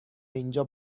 اینجا